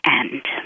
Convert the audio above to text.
end